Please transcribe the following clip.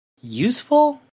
useful